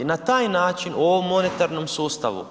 I na taj način u ovom monetarnom sustavu